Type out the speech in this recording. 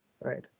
right